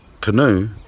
canoe